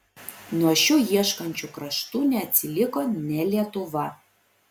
nuo šių ieškančių kraštų neatsiliko nė lietuva